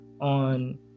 On